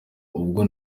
ubwo